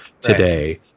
today